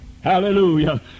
Hallelujah